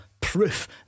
Proof